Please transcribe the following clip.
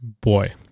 boy